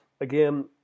again